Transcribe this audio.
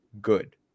good